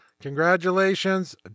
Congratulations